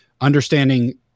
understanding